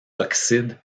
oxydes